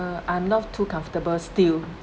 err I'm not too comfortable still